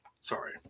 Sorry